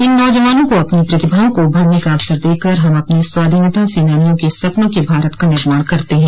इन नौजवानों को अपनी प्रतिभाओं को उभरने का अवसर देकर हम अपने स्वाधीनता सेनानियों के सपनों के भारत का निर्माण करते हैं